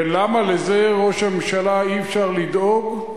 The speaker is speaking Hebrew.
ולמה לזה, ראש הממשלה, אי-אפשר לדאוג?